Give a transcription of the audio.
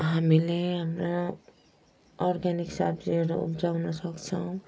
हामीले हाम्रो अर्ग्यानिक सब्जीहरू उब्जाउन सक्छौँ